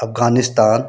Afghanistan